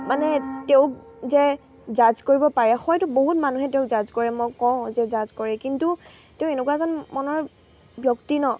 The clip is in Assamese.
মানে তেওঁক যে জাজ কৰিব পাৰে হয়তো বহুত মানুহে তেওঁক জাজ কৰে মই কওঁ যে জাজ কৰে কিন্তু তেওঁ এনেকুৱা এজন মনৰ ব্যক্তি ন